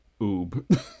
Oob